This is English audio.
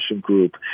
group